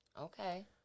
Okay